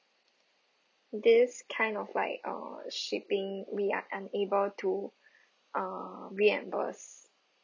this kind of like uh shipping we are unable to uh reimburse